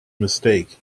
mistake